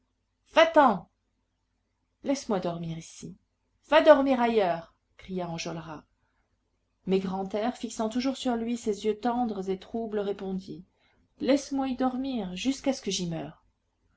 va-t'en laisse-moi dormir ici va dormir ailleurs cria enjolras mais grantaire fixant toujours sur lui ses yeux tendres et troubles répondit laisse-moi y dormir jusquà ce que j'y meure